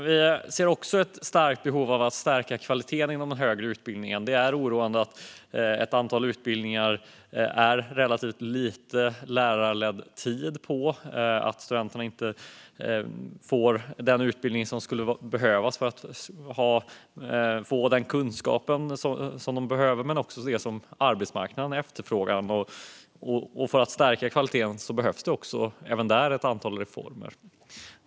Vi ser också ett starkt behov av att stärka kvaliteten inom den högre utbildningen. Det är oroande att det är relativt lite lärarledd tid på ett antal utbildningar och att studenterna inte får den utbildning som skulle krävas för att de ska få den kunskap som de behöver och som arbetsmarknaden efterfrågar. Även för att stärka kvaliteten behövs det ett antal reformer.